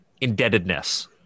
indebtedness